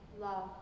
love